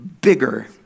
bigger